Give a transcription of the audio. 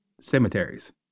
cemeteries